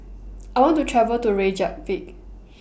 I want to travel to Reykjavik